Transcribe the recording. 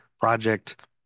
project